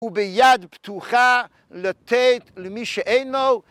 וביד פתוחה לתת למי שאין לו